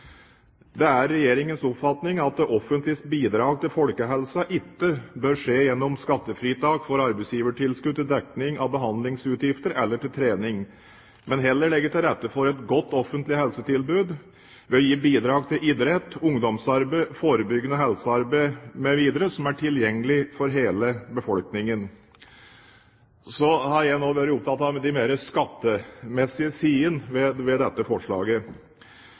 Det er Regjeringens oppfatning at det offentliges bidrag til folkehelsen ikke bør skje gjennom skattefritak for arbeidsgivertilskudd til dekning av behandlingsutgifter eller til trening, men at en heller legger til rette for et godt offentlig helsetilbud ved å gi bidrag til idrett, ungdomsarbeid, forebyggende helsearbeid mv. som er tilgjengelig for hele befolkningen. Nå har jeg vært opptatt av de mer skattemessige sidene ved dette forslaget.